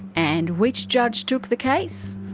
and which judge took the case?